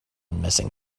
missing